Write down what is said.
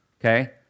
Okay